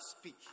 speak